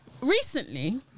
Recently